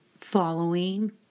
following